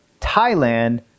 thailand